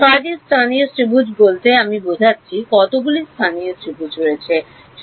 ছয়টি স্থানীয় ত্রিভুজ বলতে আমি বোঝাচ্ছি কতগুলি স্থানীয় ত্রিভুজ রয়েছে